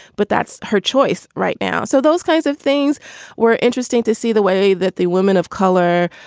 but that's her choice right now so those kinds of things were interesting to see the way that the women of color,